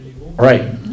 right